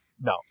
no